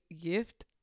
gift